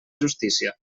justícia